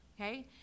Okay